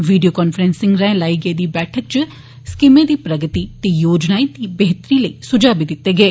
video conferencing राए लाई गेदी इक बैठक इच स्कीमें दी प्रगति ते योजनाए दी बेहतरी लेई सुझाऽ बी दित्ते गए